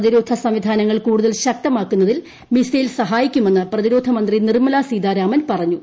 പ്രതിരോധ സംവിധാനങ്ങൾ കുടൂതൽ ശക്തമാക്കുന്നതിൽ മിസൈൽ സഹായിക്കുമെന്ന് പ്രതിരോധ മന്ത്രി നിർമ്മലാ സീതാരാമൻ പറഞ്ഞു